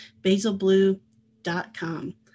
BasilBlue.com